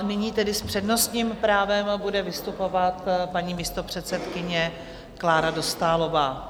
Nyní tedy s přednostním právem bude vystupovat paní místopředsedkyně Klára Dostálová.